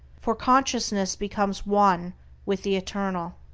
for consciousness becomes one with the eternal.